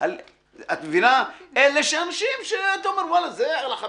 אלה אנשים שאתה אומר, וואלה, זה על ה-5.90,